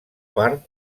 part